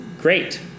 great